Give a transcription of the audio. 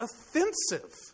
offensive